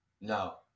No